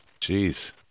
Jeez